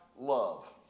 love